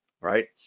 right